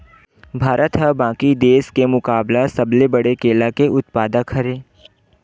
भारत हा बाकि देस के मुकाबला सबले बड़े केला के उत्पादक हरे